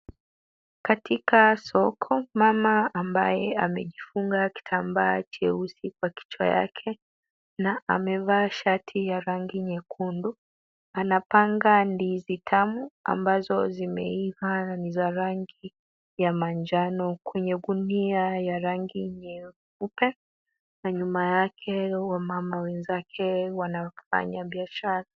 Katika soko, mama ambaye amejifunga kitambaa cheusi kwa kichwa yake na amevaa shati ya rangi nyekundu anapanga ndizi tamu ambazo zimeiva nani za rangi ya manjano kwenye gunia ya rangi nyeupe. Na nyuma yake wamama wenzake wanafanya biashara.